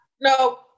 No